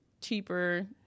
cheaper